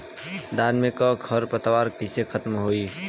धान में क खर पतवार कईसे खत्म होई?